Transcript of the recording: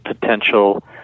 potential